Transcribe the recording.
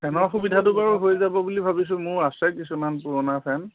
ফেনৰ সুবিধাটো বাৰু হৈ যাব বুলি ভাবিছোঁ মোৰ আছে কিছুমান পুৰণা ফেন